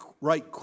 right